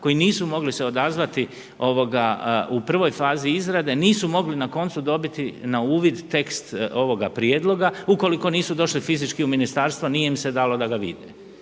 koji nisu mogli se odazvati u prvoj fazi izrade nisu mogli na koncu dobiti na uvid tekst ovoga prijedloga u koliko se nisu došli fizički u ministarstvo nije im se dalo da ga vide.